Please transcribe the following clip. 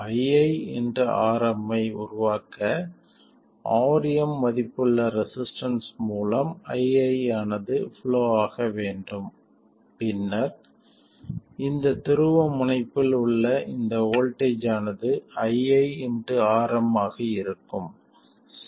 iiRm ஐ உருவாக்க Rm மதிப்புள்ள ரெசிஸ்டன்ஸ் மூலம் ii ஆனது புளோ ஆக வேண்டும் பின்னர் இந்த துருவமுனைப்பில் உள்ள இந்த வோல்ட்டேஜ் ஆனது iiRm ஆக இருக்கும்